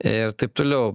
ir taip toliau